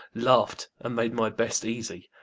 laughed, and made my best easy,